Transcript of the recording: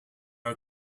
are